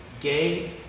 Gay